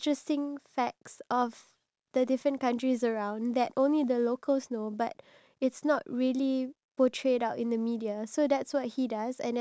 like a ton of information that we haven't even got to know about because one of his videos also he mentioned that like